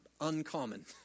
uncommon